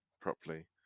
properly